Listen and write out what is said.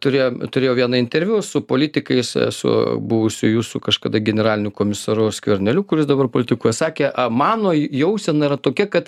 turėjom turėjau vieną interviu su politikais su buvusiu jūsų kažkada generaliniu komisaru skverneliu kuris dabar politikuoj sakė mano j jausena yra tokia kad